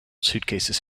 suitcases